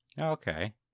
okay